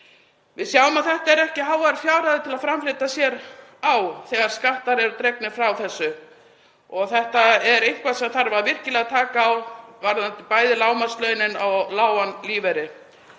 Við sjáum að þetta eru ekki háar fjárhæðir til að framfleyta sér á þegar skattar eru dregnir frá þessu og þetta er eitthvað sem þarf virkilega að taka á, bæði varðandi lágmarkslaunin og lágan lífeyri.